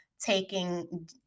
taking